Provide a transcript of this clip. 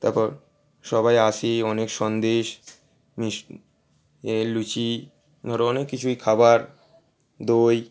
তারপর সবাই আসি অনেক সন্দেশ মিস এ লুচি ধরো অনেক কিছুই খাবার দই